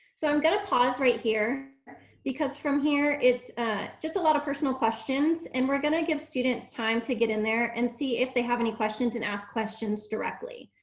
so i'm gonna pause right here because from here it's just a lot of personal questions and we're gonna give students time to get in there and see if they have any questions and ask questions directly,